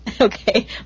Okay